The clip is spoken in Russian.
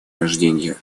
рождения